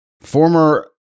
former